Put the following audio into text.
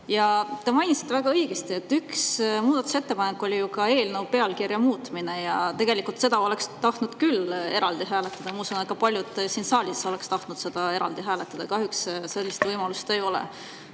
Te mainisite väga õigesti, et üks muudatusettepanek oli eelnõu pealkirja muutmine. Seda oleks tahtnud küll eraldi hääletada. Ma usun, et paljud siin saalis oleksid tahtnud seda eraldi hääletada. Kahjuks sellist võimalust ei ole.